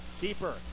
Keeper